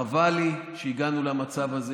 חבל לי שהגענו למצב הזה.